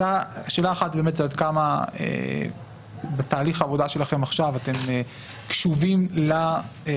שאלה אחת היא עד כמה בתהליך העבודה שלכם עכשיו אתם קשובים לצרכים